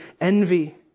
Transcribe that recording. envy